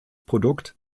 produkt